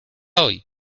hoy